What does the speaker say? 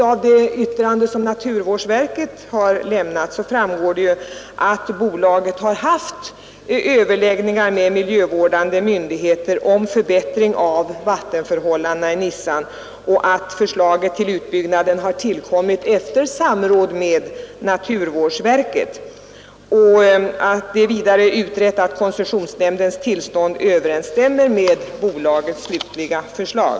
Av det yttrande som naturvårdsverket lämnat framgår att bolaget haft överläggningar med miljövårdande myndigheter om förbättring av vattenförhållandena i Nissan och att förslaget till utbyggnaden tillkommit efter samråd med naturvårdsverket samt att det vidare är utrett att koncessionsnämndens tillstånd överensstämmer med bolagets slutliga förslag.